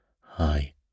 Hi